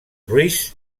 ruiz